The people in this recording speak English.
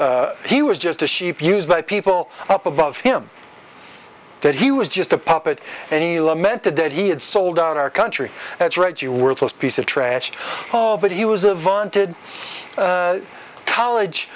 he was just a sheep used by people up above him that he was just a puppet and he lamented that he had sold out our country that's right you worthless piece of trash but he was a volunteer college